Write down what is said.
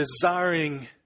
desiring